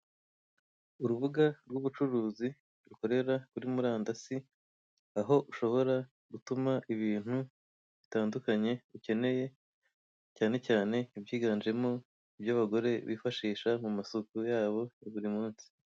Urubuga rw'ubucuruzi rukorera kuri murandasi aho ushobora gutuma ibintu bitandukanye ukeneye cyane cyane ibyiganjemo iby'abagore bifashisha mu masuku yabo ya buri munsi.